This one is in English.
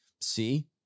see